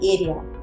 area